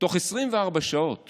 בתוך 24 שעות